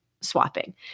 swapping